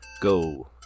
go